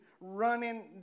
running